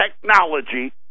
technology